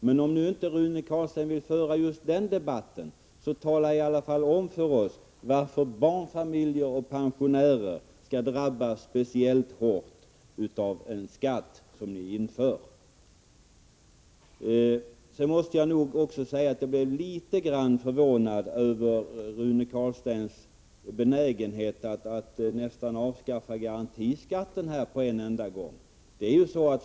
Men om nu inte Rune Carlstein vill föra just den debatten, så tala i alla fall om för oss varför barnfamiljer och pensionärer skall drabbas speciellt hårt av denna fastighetsskatt som ni har infört. Jag måste säga att jag blev något förvånad över Rune Carlsteins benägenhet att vilja avskaffa garantiskatten nästan på en gång.